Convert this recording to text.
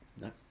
No